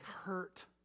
hurt